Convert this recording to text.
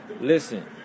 listen